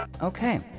Okay